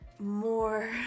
more